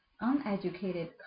uneducated